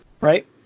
right